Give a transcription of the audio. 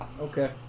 Okay